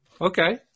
Okay